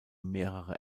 mehrere